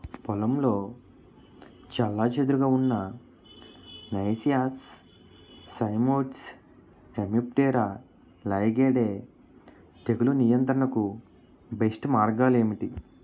పొలంలో చెల్లాచెదురుగా ఉన్న నైసియస్ సైమోయిడ్స్ హెమిప్టెరా లైగేయిడే తెగులు నియంత్రణకు బెస్ట్ మార్గాలు ఏమిటి?